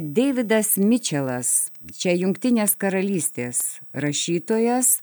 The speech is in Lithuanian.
deividas mičelas čia jungtinės karalystės rašytojas